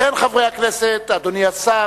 לכן, חברי הכנסת, אדוני השר,